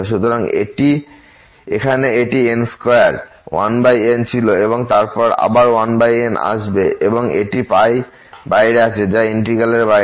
সুতরাং এখানে এটি n21n ছিল এবং আবার 1n আসবে এবং একটি বাইরে আছে যা এই ইন্টিগ্র্যাল এর বাইরে